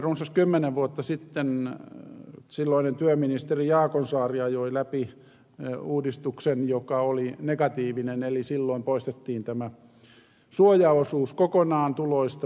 runsas kymmenen vuotta sitten silloinen työministeri jaakonsaari ajoi läpi uudistuksen joka oli negatiivinen eli silloin poistettiin tämä suojaosuus kokonaan tuloista työttömiltä